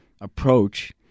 approach